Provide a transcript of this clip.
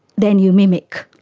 then you mimic,